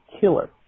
killer